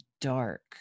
dark